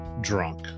drunk